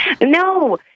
No